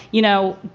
you know,